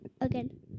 again